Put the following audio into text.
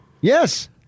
Yes